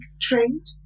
trained